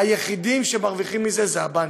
היחידים שמרוויחים מזה הם הבנקים.